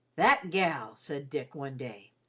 that gal, said dick one day,